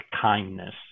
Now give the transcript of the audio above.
kindness